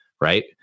Right